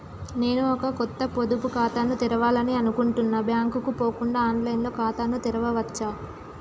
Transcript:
నేను ఒక కొత్త పొదుపు ఖాతాను తెరవాలని అనుకుంటున్నా బ్యాంక్ కు పోకుండా ఆన్ లైన్ లో ఖాతాను తెరవవచ్చా?